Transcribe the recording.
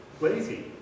lazy